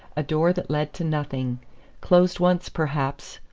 a door that led to nothing closed once, perhaps,